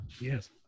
Yes